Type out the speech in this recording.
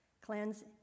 Cleanse